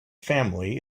family